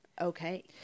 Okay